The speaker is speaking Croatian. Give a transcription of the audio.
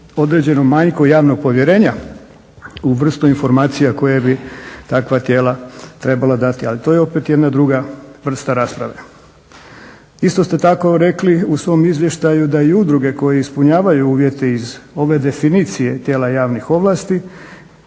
određenom manjku javnog povjerenja u vrstu informacija koje bi takva tijela trebala dati. Ali to je opet jedna druga vrsta rasprave. Isto ste tako rekli u svom izvještaju da i udruge koje ispunjavaju uvjete iz ove definicije tijela javnih ovlasti